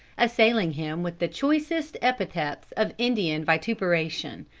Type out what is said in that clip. assailing him with the choicest epithets of indian vituperation.